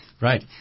Right